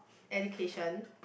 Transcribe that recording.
education